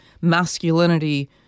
masculinity